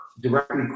directly